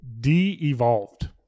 de-evolved